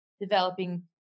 developing